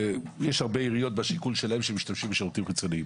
יש הרבה עיריות שלפי שיקול שלהן משתמשות בשירותים חיצוניים.